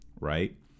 right